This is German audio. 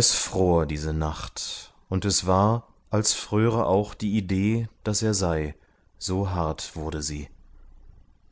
es fror diese nacht und es war als fröre auch die idee daß er sei so hart wurde sie